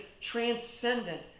transcendent